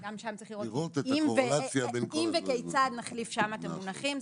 שגם שם צריך לראות אם וכיצד נחליף שם את המונחים,